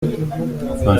vingt